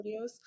videos